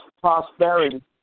prosperity